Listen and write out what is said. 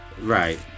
Right